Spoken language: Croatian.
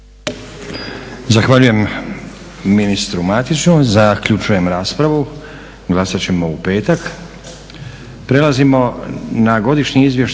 Zahvaljujem ministru Matiću. Zaključujem raspravu. Glasat ćemo u petak.